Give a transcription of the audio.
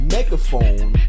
Megaphone